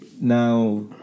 now